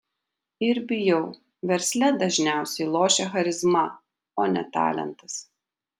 ir bijau versle dažniausiai lošia charizma o ne talentas